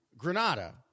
granada